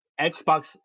Xbox